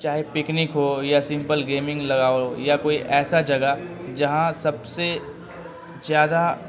چاہے پکنک ہو یا سمپل گیمنگ لگاؤ ہو یا کوئی ایسا جگہ جہاں سب سے زیادہ